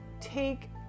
take